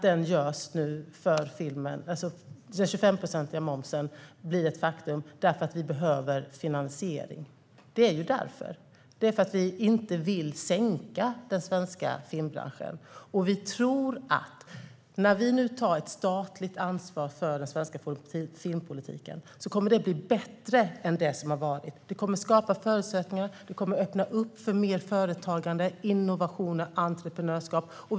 Den 25-procentiga momsen blir ett faktum därför att vi behöver finansiering. Det är därför att vi inte vill sänka den svenska filmbranschen. Vi tror att när vi nu tar ett statligt ansvar för den svenska filmpolitiken kommer det att bli bättre än det som har varit. Det kommer att skapa förutsättningar och öppna för mer företagande, innovationer och entreprenörskap.